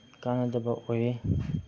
ꯀꯥꯟꯅꯗꯕ ꯑꯣꯏꯌꯦ